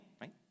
right